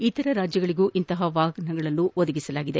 ಇತರ ರಾಜ್ಯಗಳಿಗೂ ಇಂತಹ ವಾಪನವನ್ನು ಒದಗಿಸಲಾಗಿದೆ